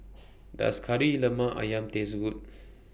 Does Kari Lemak Ayam Taste Good